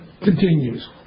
continues